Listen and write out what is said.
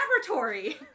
laboratory